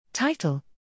Title